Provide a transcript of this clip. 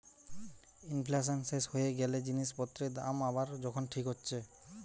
inflation শেষ হয়ে গ্যালে জিনিস পত্রের দাম আবার যখন ঠিক হচ্ছে